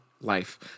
life